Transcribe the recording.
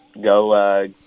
go